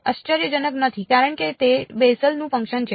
આશ્ચર્યજનક નથી કારણ કે તે બેસેલનું ફંકશન છે